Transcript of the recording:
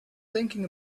thinking